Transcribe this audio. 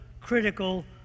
critical